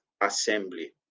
assembly